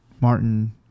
Martin